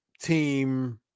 team